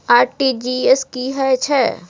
RTG S की है छै?